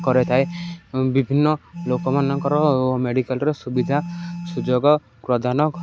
କରାଥାଏ ବିଭିନ୍ନ ଲୋକମାନଙ୍କର ମେଡ଼ିକାଲର ସୁବିଧା ସୁଯୋଗ ପ୍ରଦାନ